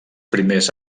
primers